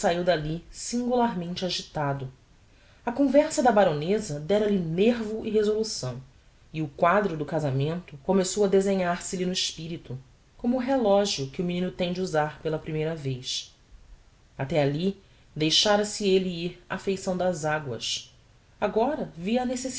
saiu dalli singularmente agitado a conversa da baroneza dera-lhe nervo e resolução e o quadro do casamento começou a desenhar se lhe no espirito como o relogio que o menino tem de usar pela primeira vez até alli deixara-se elle ir á feição das aguas agora via